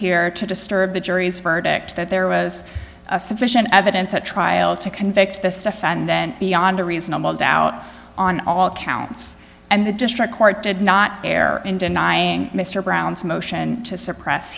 here to disturb the jury's verdict that there was sufficient evidence at trial to convict this stuff and then beyond a reasonable doubt on all counts and the district court did not err in denying mr brown's motion to suppress